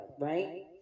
Right